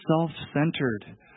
self-centered